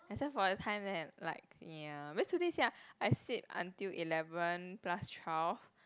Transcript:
except for the time when like ya because today you see ah I sleep until eleven plus twelve